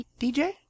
DJ